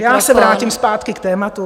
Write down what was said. Já se vrátím zpátky k tématu.